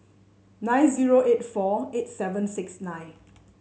nine zero eight four eight seven six nine